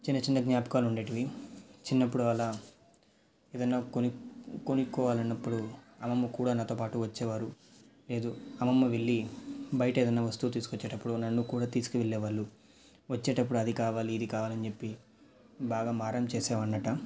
చిన్న చిన్న జ్ఞాపకాలు ఉండేవి చిన్నప్పుడు అలా ఏదైనా కొని కొనుక్కోవాలన్నపుడు అమ్మమ్మ కూడా నాతో పాటు వచ్చేవారు లేదు అమ్మమ్మ వెళ్ళి బయట ఏదైనా వస్తువు తీసుకొచ్చేటప్పుడు నన్ను కూడా తీసుకువెళ్ళే వాళ్ళు వచ్చేటప్పుడు అది కావాలి ఇది కావాలి అని చెప్పి బాగా మారం చేసేవాన్ని అట